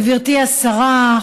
גברתי השרה,